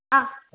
ஆ